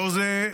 לאור זה,